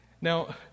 Now